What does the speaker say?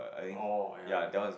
oh !aiya! then